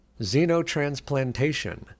xenotransplantation